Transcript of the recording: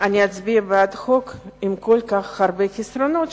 אני אצביע בעד חוק עם כל כך הרבה חסרונות,